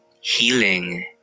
healing